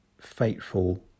fateful